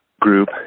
group